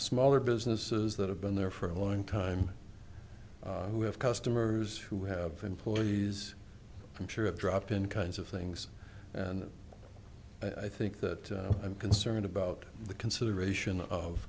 smaller businesses that have been there for a long time who have customers who have employees i'm sure a drop in kinds of things and i think that i'm concerned about the consideration of